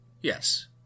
Yes